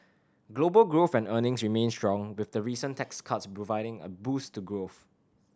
global growth and earnings remain strong with the recent tax cuts providing a boost to growth